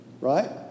Right